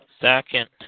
Second